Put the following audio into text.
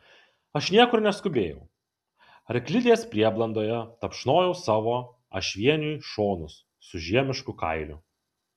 aš niekur neskubėjau arklidės prieblandoje tapšnojau savo ašvieniui šonus su žiemišku kailiu